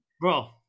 Bro